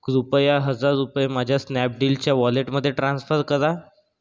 कृपया हजार रूपये माझ्या स्नॅपडीलच्या वॉलेटमध्ये ट्रान्सफर करा